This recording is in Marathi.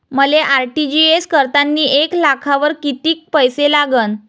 मले आर.टी.जी.एस करतांनी एक लाखावर कितीक पैसे लागन?